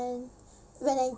and when I